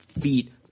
feet